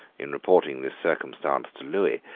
in reporting this circumstance to lewis,